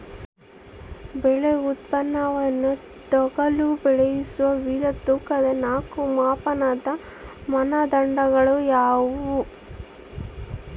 ಬೆಳೆ ಉತ್ಪನ್ನವನ್ನು ತೂಗಲು ಬಳಸುವ ವಿವಿಧ ತೂಕದ ನಾಲ್ಕು ಮಾಪನದ ಮಾನದಂಡಗಳು ಯಾವುವು?